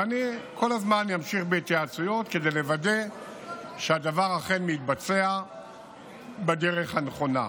ואני כל הזמן אמשיך בהתייעצויות כדי לוודא שהדבר אכן מתבצע בדרך הנכונה.